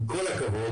עם כל הכבוד